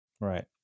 Right